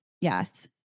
Yes